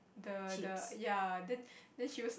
the the ya then then she was